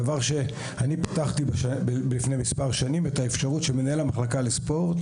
דבר שאני פיתחתי לפני מספר שנים את האפשרות שמנהל המחלקה לספורט